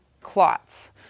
clots